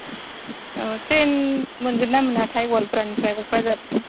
औ त्रैन मोनगोन ना मोनाथाय गवालपारानिफ्राय क'क्राझारसिम